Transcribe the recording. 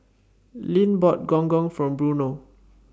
Lynn bought Gong Gong For Bruno